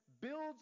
builds